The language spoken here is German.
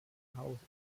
house